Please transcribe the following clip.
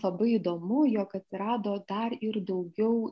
labai įdomu jog atsirado dar ir daugiau